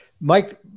Mike